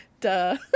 duh